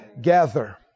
Gather